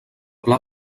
pla